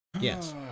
Yes